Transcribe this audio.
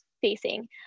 facing